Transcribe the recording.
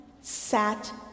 sat